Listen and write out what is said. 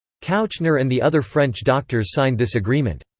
kouchner and the other french doctors signed this agreement.